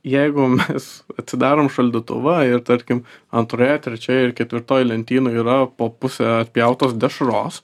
jeigu mes atsidarom šaldytuvą ir tarkim antroje trečioje ir ketvirtoj lentynoj yra po pusę atpjautos dešros